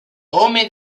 home